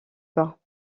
bas